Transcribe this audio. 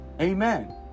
Amen